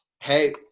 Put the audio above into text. Hey